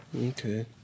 Okay